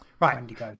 right